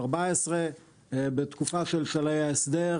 14 ₪ בתקופה של סלי ההסדר.